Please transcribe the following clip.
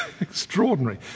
Extraordinary